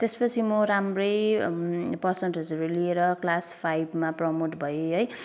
त्यसपछि म राम्रै पर्सन्टेजहरू लिएर क्लास फाइभमा प्रमोट भएँ है